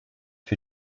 für